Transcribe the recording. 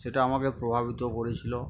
সেটা আমাকে প্রভাবিত করেছিল